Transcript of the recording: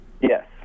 yes